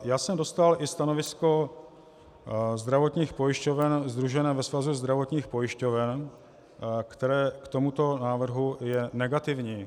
Já jsem dostal i stanovisko zdravotních pojišťoven sdružených ve Svazu zdravotních pojišťoven, které je k tomuto návrhu negativní.